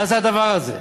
מה זה הדבר הזה?